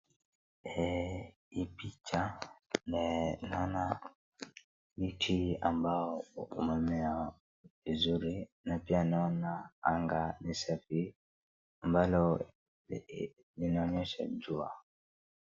Hii picha naona miti ambao umemea vizuri na pia naona anga ni safi ambalo linaonyesha jua.